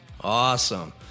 Awesome